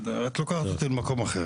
את לוקחת אותי למקום אחר.